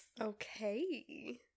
Okay